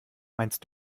meinst